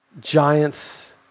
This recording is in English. Giants